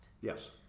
Yes